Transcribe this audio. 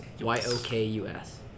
Y-O-K-U-S